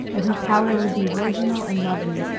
and her pallor would be virginal and lovely,